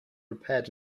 repaired